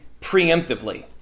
preemptively